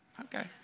okay